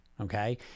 okay